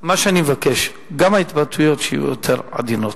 מה שאני מבקש, גם ההתבטאויות, שיהיו יותר עדינות.